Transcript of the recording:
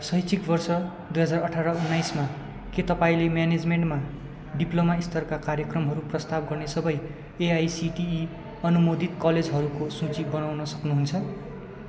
शैक्षिक वर्ष दुई हजार अठार उन्नाइसमा के तपाईँँले म्यानेजमेन्टमा डिप्लोमा स्तरका कार्यक्रमहरू प्रस्ताव गर्ने सबै एआइसिटिई अनुमोदित कलेजहरूको सूची बनाउन सक्नु हुन्छ